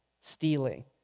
stealing